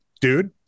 Dude